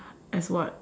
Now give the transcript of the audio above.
as what